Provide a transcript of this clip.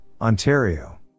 Ontario